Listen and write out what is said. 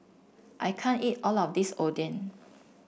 I can't eat all of this Oden